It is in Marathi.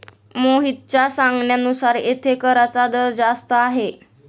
मोहितच्या सांगण्यानुसार येथे कराचा दर जास्त आहे